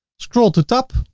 scroll to top.